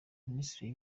minisiteri